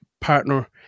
partner